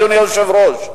אדוני היושב-ראש?